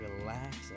relax